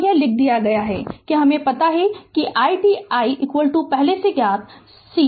Refer Slide Time 2716 तो अब यह दिया गया है कि हमे पता है कि i t i पहले से ज्ञात c dvdt